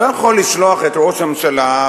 לא יכול לשלוח את ראש הממשלה,